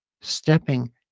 stepping